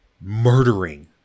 murdering